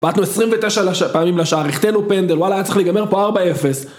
בעטנו עשרים ותשע לש... עשרים ותשע פעמים לשער, החטאנו פנדל, וואלה היה צריך להיגמר פה ארבע אפס.